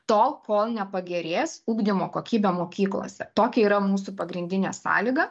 tol kol nepagerės ugdymo kokybė mokyklose tokia yra mūsų pagrindinė sąlyga